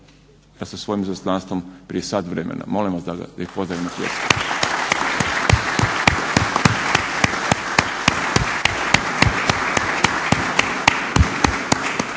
sa svojim izaslanstvom prije sat vremena. Molim da ih pozdravimo